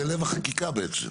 זה לב החקיקה בעצם.